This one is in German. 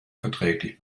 verträglich